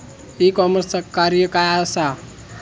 E कॉमर्सचा कार्य काय असा?